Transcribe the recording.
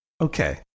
okay